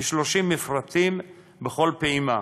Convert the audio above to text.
כ-30 מפרטים בכל פעימה,